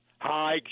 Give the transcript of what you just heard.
Hi